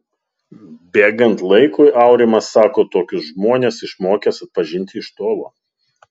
bėgant laikui aurimas sako tokius žmones išmokęs atpažinti iš tolo